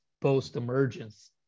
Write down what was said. post-emergence